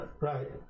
Right